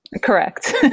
Correct